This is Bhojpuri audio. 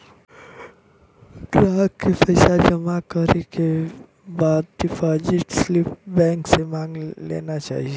ग्राहक के पइसा जमा करे के बाद डिपाजिट स्लिप बैंक से मांग लेना चाही